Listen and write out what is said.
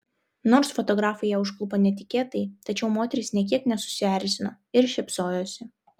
nors fotografai ją užklupo netikėtai tačiau moteris nė kiek nesusierzino ir šypsojosi